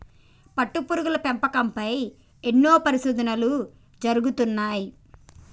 పట్టుపురుగుల పెంపకం పై ఎన్నో పరిశోధనలు జరుగుతున్నాయి